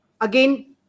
again